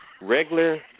regular